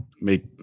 make